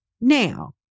Now